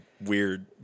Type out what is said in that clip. Weird